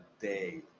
day